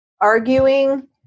arguing